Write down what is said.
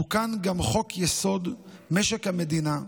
תוקן גם חוק-יסוד: משק המדינה,